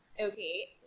okay